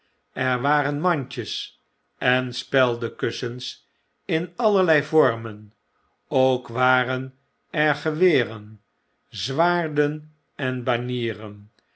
er waren mandjes en speldekussens in allerlei vormen ook waren er geweren zwaarden eri banieren